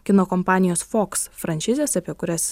kino kompanijos fox franšizės apie kurias